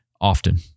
often